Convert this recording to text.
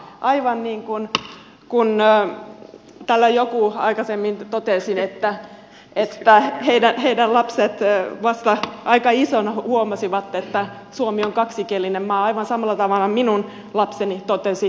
aivan niin kuin täällä joku aikaisemmin totesi että heidän lapsensa vasta aika isoina huomasivat että suomi on kaksikielinen maa aivan samalla tavalla minun lapseni sen huomasivat